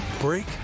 break